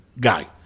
guy